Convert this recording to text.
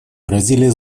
бразилия